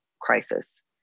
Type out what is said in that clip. crisis